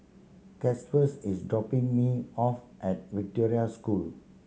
Gustavus is dropping me off at Victoria School